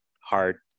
hard